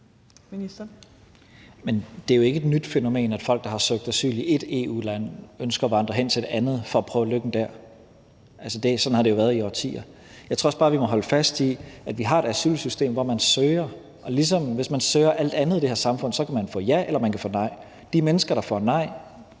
det er jo ikke et nyt fænomen, at folk, der har søgt asyl i et EU-land, ønsker at vandre hen til et andet for at prøve lykken der. Sådan har det jo været i årtier. Jeg tror også bare, at vi må holde fast i, at vi har et asylsystem, hvor man søger, og ligesom når man søger alt andet i det her samfund, kan man få ja eller nej. De mennesker, der får nej,